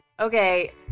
Okay